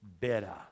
better